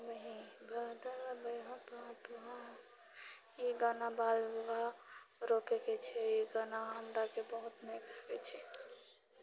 हमही बदलबै हो पापा ई गाना बाल विवाह रोकएके छै ई गाना हमराके बहुत नीक लगैत छै